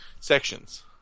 sections